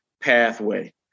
pathway